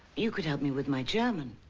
you could help me with my german.